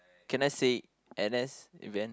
can I say n_s event